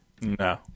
No